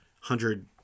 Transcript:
hundred